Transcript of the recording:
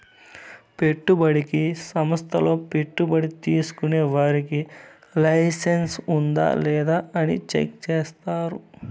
పెట్టుబడికి సంస్థల్లో పెట్టుబడి తీసుకునే వారికి లైసెన్స్ ఉందా లేదా అని చెక్ చేస్తారు